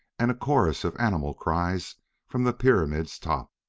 and a chorus of animal cries from the pyramid's top.